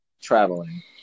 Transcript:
traveling